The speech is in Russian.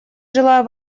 желаю